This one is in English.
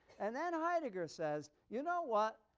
and then heidegger says, you know what?